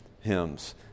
hymns